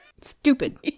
stupid